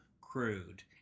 crude